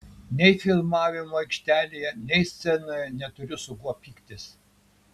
nei filmavimo aikštelėje nei scenoje neturiu su kuo pyktis